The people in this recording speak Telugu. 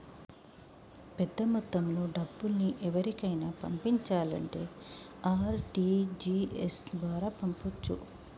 పెద్దమొత్తంలో డబ్బుల్ని ఎవరికైనా పంపించాలంటే ఆర్.టి.జి.ఎస్ ద్వారా పంపొచ్చు